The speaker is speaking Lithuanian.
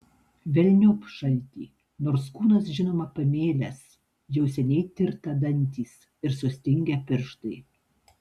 velniop šaltį nors kūnas žinoma pamėlęs jau seniai tirta dantys ir sustingę pirštai